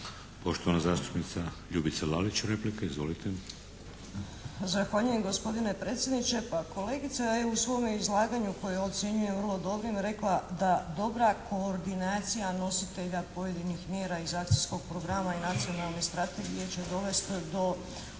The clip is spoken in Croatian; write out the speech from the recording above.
Poštovana zastupnica Ljubica Lalić replika. Izvolite! **Lalić, Ljubica (HSS)** Zahvaljujem gospodine predsjedniče. Pa, kolegica je u svome izlaganju koje ocjenjujem vrlo dobrim rekla da dobra koordinacija nositelja pojedinih mjera iz akcijskog programa i nacionalne strategije će dovesti do boljeg